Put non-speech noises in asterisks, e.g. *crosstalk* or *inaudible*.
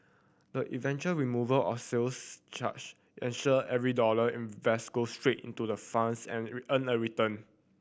the eventual removal of sales charge ensure every dollar invested go straight into the funds and *unintelligible* earn a return